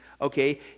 Okay